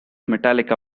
metallica